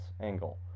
angle